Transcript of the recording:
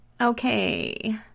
Okay